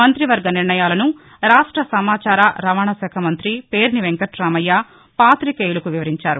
మంతివర్గ నిర్ణయాలను రాష్ట సమాచార రవాణాశాఖ మంత్రి పేర్ని వెంకట్రామయ్య పాతికేయులకు వివరించారు